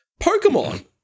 Pokemon